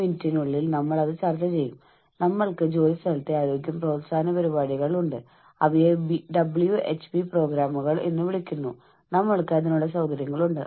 നന്നായി പ്രവർത്തിക്കുന്നതിനും സംതൃപ്തരാകുന്നതിനും നമ്മളുടെ ജോലിയിൽ സംതൃപ്തരാകുന്നതിനും ഉൽപ്പാദനക്ഷമമായ ഒരു പ്രവൃത്തിദിനത്തിനും പ്രവൃത്തി ആഴ്ചയ്ക്കും ഇത് തികച്ചും അനിവാര്യമാണ്